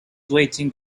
waiting